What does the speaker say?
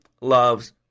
loves